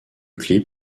clip